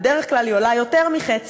בדרך כלל היא עולה יותר מחצי,